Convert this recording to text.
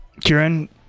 Kieran